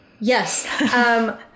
Yes